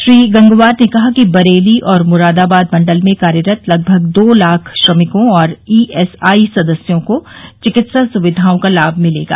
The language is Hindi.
श्री गंगवार ने कहा कि बरेली और मुरादाबाद मंडल में कार्यरत लगभग दो लाख श्रमिकों और ईएसआई सदस्यों को चिकित्सा सुविधाओं का लाभ मिलेगा